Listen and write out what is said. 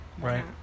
right